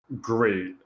great